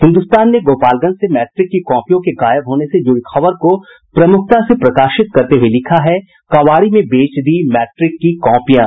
हिन्दुस्तान ने गोपालगंज से मैट्रिक की कॉपियों के गायब होने से जुड़ी खबर को प्रमुखता से प्रकाशित करते हुये लिखा है कबाड़ी को बेच दी मैट्रिक की कॉपियां